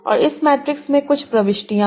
और इस मैट्रिक्स में कुछ प्रविष्टियाँ हैं